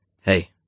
Hey